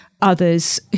others